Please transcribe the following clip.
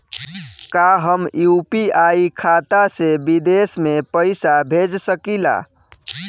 का हम यू.पी.आई खाता से विदेश में पइसा भेज सकिला?